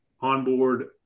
onboard